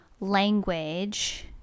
language